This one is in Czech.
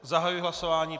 Zahajuji hlasování.